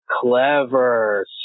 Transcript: clever